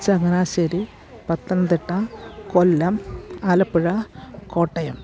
Changanassery Pathanamthitta Kollam Alappuzha Kottayam